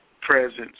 presence